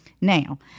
Now